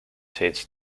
teach